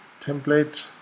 template